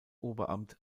oberamt